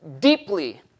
deeply